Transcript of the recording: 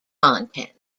content